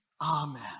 Amen